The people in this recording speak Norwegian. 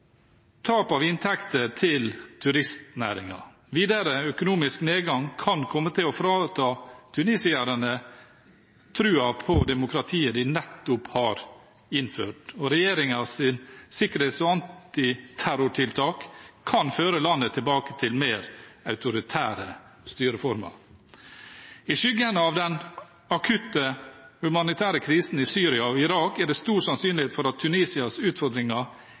tap av inntekter til turistnæringen. Videre økonomisk nedgang kan komme til å frata tunisierne troen på demokratiet de nettopp har innført, og regjeringens sikkerhets- og antiterrortiltak kan føre landet tilbake til mer autoritære styreformer. I skyggen av den akutte humanitære krisen i Syria og Irak er det stor sannsynlighet for at Tunisias utfordringer